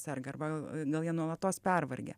serga arba gal jie nuolatos pervargę